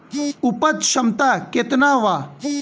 उपज क्षमता केतना वा?